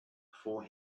for